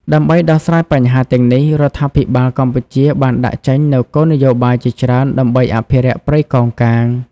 ដើម្បីដោះស្រាយបញ្ហាទាំងនេះ រដ្ឋាភិបាលកម្ពុជាបានដាក់ចេញនូវគោលនយោបាយជាច្រើនដើម្បីអភិរក្សព្រៃកោងកាង។